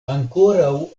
ankoraŭ